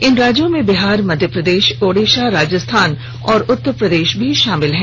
इन राज्यों में बिहार मध्य प्रदेश ओडिशा राजस्थान और उत्तर प्रदेश भी शामिल हैं